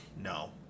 no